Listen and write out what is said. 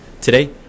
Today